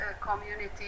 community